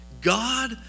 God